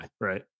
right